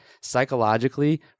psychologically